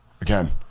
Again